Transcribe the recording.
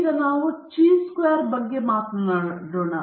ಇದೀಗ ನಾವು ಚಿ ಚದರ ವಿತರಣೆಯಲ್ಲಿ ಆಗಾಗ್ಗೆ ಬರುತ್ತೇವೆ